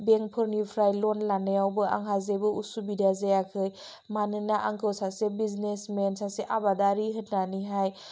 बेंकफोरनिफ्राय लन लानायावबो आंहा जेबो असुबिदा जायाखै मानोना आंखौ सासे बिजनेस मेन सासे आबादारि होन्नानैहाय